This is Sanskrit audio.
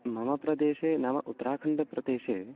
मम प्रदेशे नाम उत्राखण्डप्रदेशे